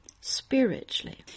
spiritually